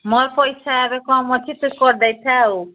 ମୋର ପଇସାରେ କମ୍ ଅଛି ସେ କରିଦେଇଥା ଆଉ